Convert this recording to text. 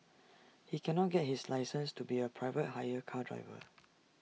he cannot get his license to be A private hire car driver